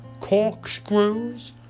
corkscrews